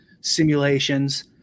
simulations